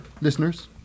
listeners